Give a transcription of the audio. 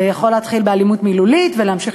זה יכול להתחיל באלימות מילולית ולהמשיך